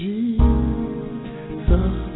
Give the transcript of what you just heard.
Jesus